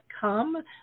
come